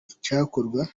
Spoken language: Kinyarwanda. icyakorwa